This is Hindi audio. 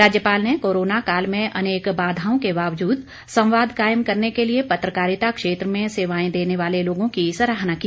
राज्यपाल ने कोरोना काल में अनेक बाधाओं के बावजूद संवाद कायम करने के लिए पत्रकारिता क्षेत्र में सेवाएं देने वाले लोगों की सराहना की